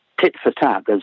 tit-for-tat